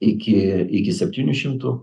iki iki septynių šimtų